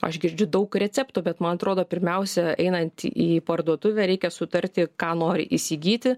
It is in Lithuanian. aš girdžiu daug receptų bet man atrodo pirmiausia einant į parduotuvę reikia sutarti ką nori įsigyti